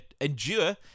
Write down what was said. endure